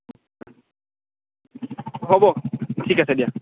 হ'ব ঠিক আছে দিয়া